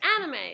anime